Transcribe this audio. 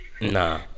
Nah